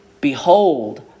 Behold